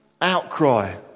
outcry